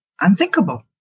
unthinkable